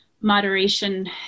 moderation